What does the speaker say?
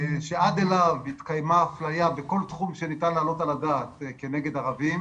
שעד אליו התקיימה אפליה בכל תחום שניתן להעלות על הדעת כנגד ערבים,